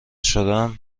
شدم